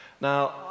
Now